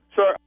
Sir